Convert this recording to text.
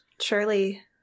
surely